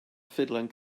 ffurflen